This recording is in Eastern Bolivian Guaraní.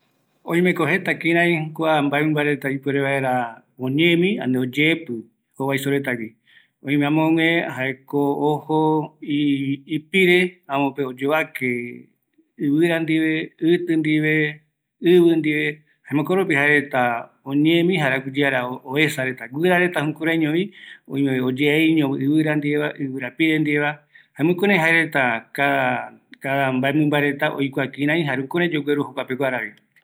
Oïmeko jeta kua mbaemɨmba reta oñemi ani oyeepɨ jovaiso reta gui, oime amogue ipire omboyovake ɨvɨ ndive ani ɨvɨra ndive, jukurai aguiye ara oyeesareta, guirareta jukuraiñovi, jare oyeepɨ reta vaera